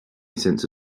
sense